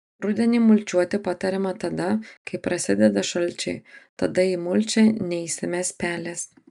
rudenį mulčiuoti patariama tada kai prasideda šalčiai tada į mulčią neįsimes pelės